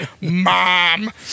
Mom